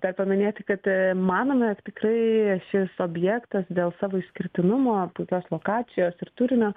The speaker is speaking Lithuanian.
dar paminėti kad manome tikrai šis objektas dėl savo išskirtinumo puikios lokacijos ir turinio